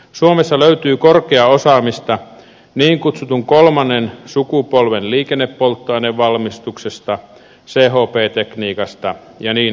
suomesta löytyy korkeaa osaamista niin kutsutun kolmannen sukupolven liikennepolttoaineen valmistuksesta chp tekniikasta ja niin edelleen